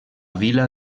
vila